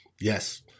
Yes